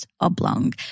Oblong